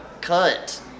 cut